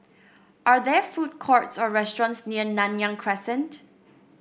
are there food courts or restaurants near Nanyang Crescent